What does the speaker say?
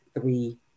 three